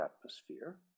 atmosphere